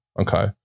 Okay